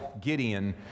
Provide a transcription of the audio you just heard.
Gideon